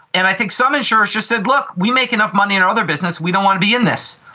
and i think some insurers just said, look, we make enough money in our other business, we don't want to be in this.